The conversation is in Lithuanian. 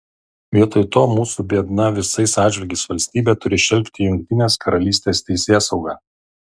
vietoj to mūsų biedna visais atžvilgiais valstybė turi šelpti jungtinės karalystės teisėsaugą